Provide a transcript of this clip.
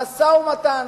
המשא-ומתן,